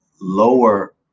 lower